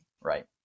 Right